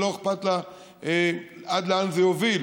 ולא אכפת לה עד לאן זה יוביל.